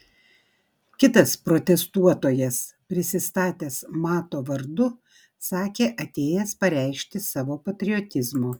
kitas protestuotojas prisistatęs mato vardu sakė atėjęs pareikšti savo patriotizmo